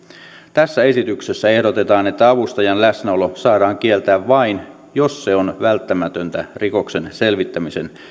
tässä esityksessä ehdotetaan että avustajan läsnäolo saadaan kieltää vain jos se on välttämätöntä rikoksen selvittämisen